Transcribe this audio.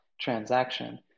transaction